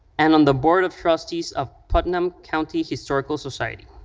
and on the board of trustees of putnam county historical society.